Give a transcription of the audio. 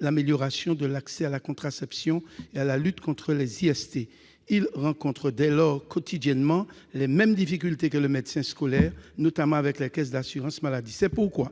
l'amélioration de l'accès à la contraception et la lutte contre les infections sexuellement transmissibles. Ils rencontrent dès lors quotidiennement les mêmes difficultés que les médecins scolaires, notamment avec les caisses d'assurance maladie. C'est pourquoi